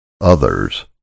others